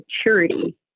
security